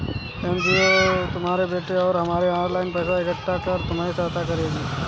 NGO तुम्हारे बेटे और तुम्हें ऑनलाइन पैसा इकट्ठा कर तुम्हारी सहायता करेगी